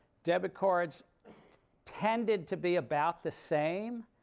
debit cards tended to be about the same.